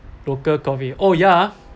local coffee oh ya ah